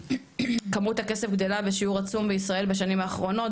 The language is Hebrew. כמות הכסף גדלה בשיעור עצום בישראל בשנים האחרונות,